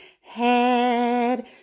Head